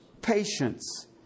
patience